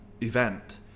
event